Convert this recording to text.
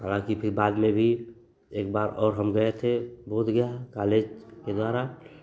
हालाँकि फिर बाद में भी एकबार और हम गए थे बोधगया कॉलेज के द्वारा